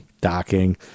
Docking